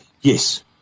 Yes